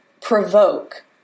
provoke